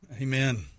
Amen